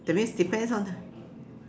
that means depends on